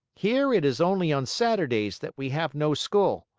here, it is only on saturdays that we have no school.